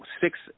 six